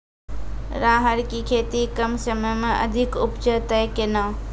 राहर की खेती कम समय मे अधिक उपजे तय केना?